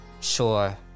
sure